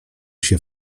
się